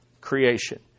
creation